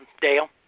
Dale